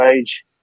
age